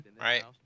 Right